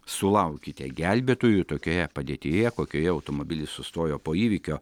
sulaukite gelbėtojų tokioje padėtyje kokioje automobilis sustojo po įvykio